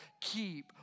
keep